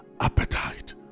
appetite